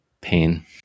pain